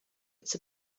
its